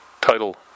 title